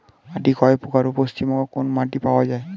মাটি কয় প্রকার ও পশ্চিমবঙ্গ কোন মাটি পাওয়া য়ায়?